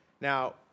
Now